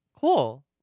cool